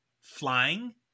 flying